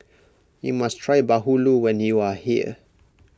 you must try Bahulu when you are here